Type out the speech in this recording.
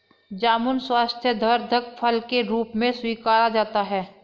जामुन स्वास्थ्यवर्धक फल के रूप में स्वीकारा जाता है